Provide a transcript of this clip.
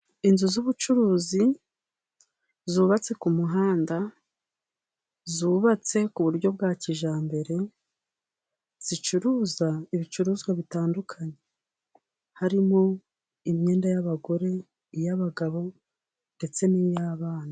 Inzu z'ubucuruzi zubatse ku muhanda, zubatse ku buryo bwa kijyambere, zicuruza ibicuruzwa bitandukanye, harimo: imyenda y'abagore, iy'abagabo ndetse n'iy'abana.